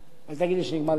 אל תגיד לי שנגמר לי הזמן.